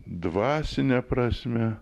dvasine prasme